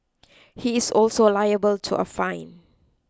he is also liable to a fine